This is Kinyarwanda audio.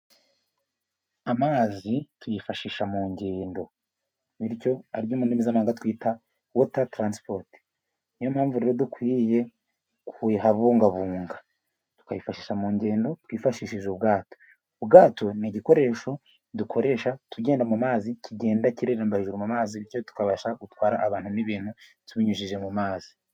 Amazi tuyifashisha mu ngendo, bityo aribyo mu indimi z'amahanga twita wota taransipoti. Niyo mpamvu rero dukwiriye kuyabungabunga tukayifashisha mu ngendo twifashishije ubwato. Ubwato ni igikoresho dukoresha tugenda mu mazi, kigenda kireremba hejuru mu mazi bityo tukabasha gutwara abantu n'ibintu tubinyujije mu mazi.